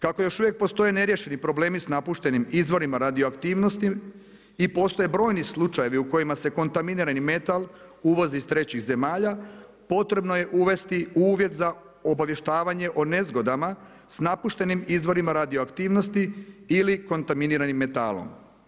Kako još uvijek postoje neriješeni problemi sa napuštenim izvorima radioaktivnosti i postoje brojni slučajevi kojima se kontaminirani metal, uvoz iz trećih zemalja potrebno je uvesti u uvjet za obavještavanje o nezgodama sa napuštenim izvorima radioaktivnosti ili kontaminiranim metalom.